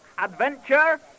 adventure